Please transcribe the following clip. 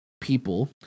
people